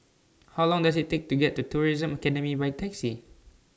How Long Does IT Take to get to The Tourism Academy By Taxi